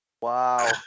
Wow